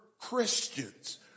Christians